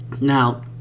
Now